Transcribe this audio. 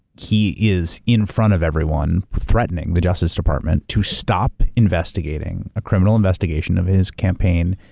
he is in front of everyone, threatening the justice department to stop investigating a criminal investigation of his campaign,